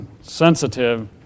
Sensitive